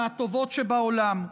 מהטובות שבעולם,